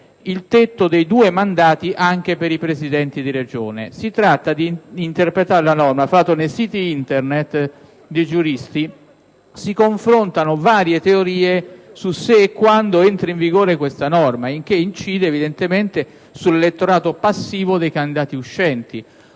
il tetto di due mandati anche per i Presidenti di Regione: si tratta di interpretare la norma. Tra l'altro, nei siti Internet di diversi giuristi si confrontano varie teorie sul se e quando la legge entrerà in vigore, il che incide, evidentemente, sull'elettorato passivo dei candidati uscenti.